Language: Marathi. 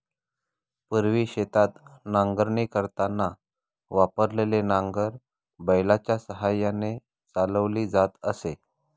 पूर्वी शेतात नांगरणी करताना वापरलेले नांगर बैलाच्या साहाय्याने चालवली जात असे